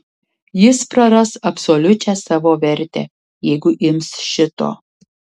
jis praras absoliučią savo vertę jeigu ims šito